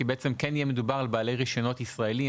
כי כן יהיה מדובר על בעלי רישיונות ישראליים,